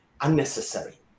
unnecessary